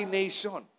nation